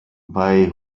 bei